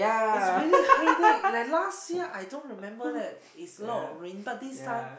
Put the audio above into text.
is really headache like last year I don't remember that is a lot of rain but this time